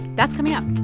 that's coming up